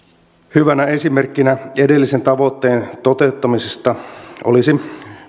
hyvänä esimerkkinä edellisen tavoitteen toteuttamisesta olisi